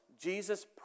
Jesus